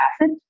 acid